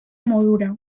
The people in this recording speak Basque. modura